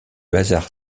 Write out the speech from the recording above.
hasard